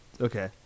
okay